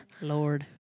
Lord